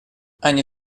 они